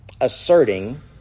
asserting